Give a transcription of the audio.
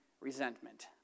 resentment